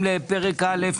אנחנו עוברים לפרק א'